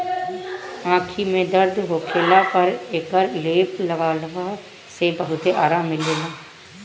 आंखी में दर्द होखला पर एकर लेप लगवला से बहुते आराम मिलेला